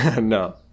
no